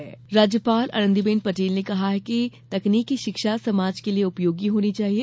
राज्यपाल राज्यपाल आनंदीबेन पटेल ने कहा है कि तकनीकी शिक्षा समाज के लिए उपयोगी होनी चाहिए